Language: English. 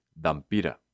Dampira